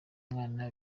mwana